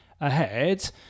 ahead